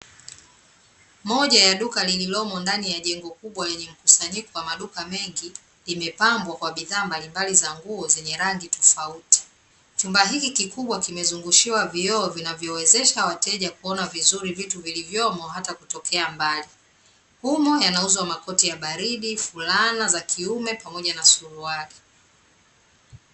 Moja ya duka lililomo ndani ya jengo kubwa lenye mkusanyiko wa maduka mengi, limepambwa kwa bidhaa mbalimbali za nguo zenye rangi tofauti. Chumba hiki kikubwa kimezungushiwa vioo vinavyowezesha wateja kuona vizuri vitu vilivyomo hata kutokea mbali. Humo yanauzwa makoti ya baridi, fulana za kiume pamoja na suruali.